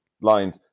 lines